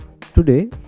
Today